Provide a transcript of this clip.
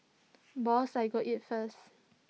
boss I go eat first